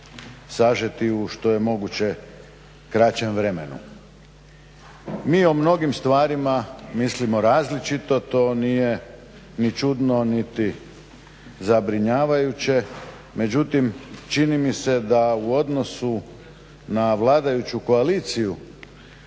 sažeti što je u moguće kraćem vremenu. Mi o mnogim stvarima mislimo različito, to nije ni čudno niti zabrinjavajuće međutim čini mi se da u odnosu na vladajuću koaliciju